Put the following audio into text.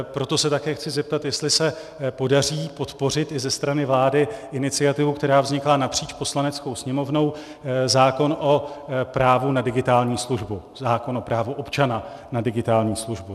Proto se také chci zeptat, jestli se podaří podpořit i ze strany vlády iniciativu, která vznikla napříč Poslaneckou sněmovnou, zákon o právu na digitální službu, zákon o právu občana na digitální službu.